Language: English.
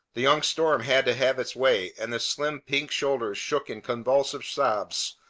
the young storm had to have its way, and the slim pink shoulders shook in convulsive sobs,